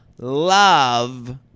Love